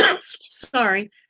Sorry